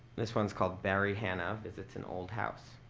this one's called barry hannah visits an old house.